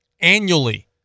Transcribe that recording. annually